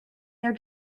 their